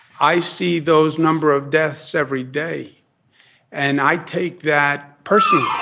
i see those number of deaths every day and i take that personally